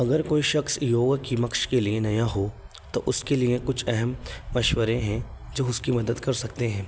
اگر کوئی شخص یوگا کی مشق کے لیے نیا ہو تو اس کے لیے کچھ اہم مشورے ہیں جو اس کی مدد کر سکتے ہیں